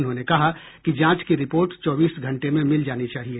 उन्होंने कहा कि जांच की रिपोर्ट चौबीस घंटे में मिल जानी चाहिए